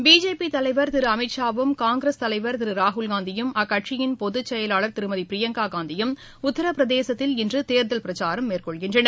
BJP தலைவா் திரு அமித்ஷா வும் காங்கிரஸ் தலைவா் திரு ராகுல்காந்தியும் அக்கட்சியின் பொதுச்செயலாளா் திருமதி பிரியங்கா காந்தியும் உத்திரபிரதேசத்தில் இன்று தேர்தல் பிரச்சாரம் மேற்கொள்கின்றனர்